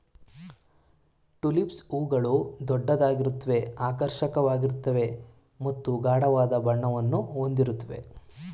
tulips ಹೂಗಳು ದೊಡ್ಡದಾಗಿರುತ್ವೆ ಆಕರ್ಷಕವಾಗಿರ್ತವೆ ಮತ್ತು ಗಾಢವಾದ ಬಣ್ಣವನ್ನು ಹೊಂದಿರುತ್ವೆ